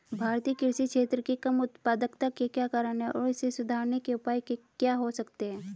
भारतीय कृषि क्षेत्र की कम उत्पादकता के क्या कारण हैं और इसे सुधारने के उपाय क्या हो सकते हैं?